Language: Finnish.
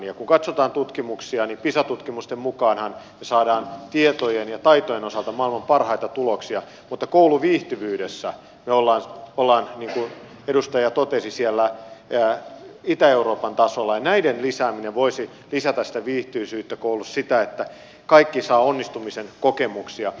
kun katsotaan tutkimuksia niin pisa tutkimusten mukaanhan me saamme tietojen ja taitojen osalta maailman parhaita tuloksia mutta kouluviihtyvyydessä me olemme niin kuin edustaja totesi siellä itä euroopan tasolla ja näiden lisääminen voisi lisätä sitä viihtyisyyttä koulussa sitä että kaikki saavat onnistumisen kokemuksia